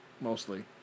mostly